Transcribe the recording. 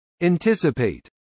Anticipate